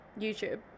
youtube